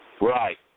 Right